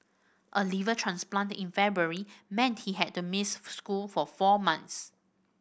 a liver transplant in February meant he had to miss school for four months